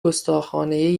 گستاخانهی